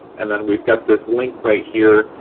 and then we've got this link right here.